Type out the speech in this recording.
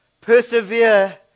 Persevere